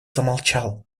замолчал